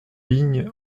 ligne